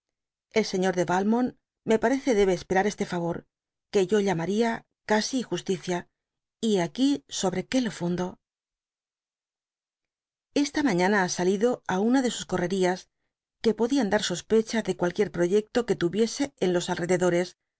el señor de valmont me parece debe esperar este favor que yo llamaria casi justicia y hé aquí sobre que lo fundo esta mañana ha salido á una de sus correrías que podian dar sospecba de cualquier proyecto que tuviese en los al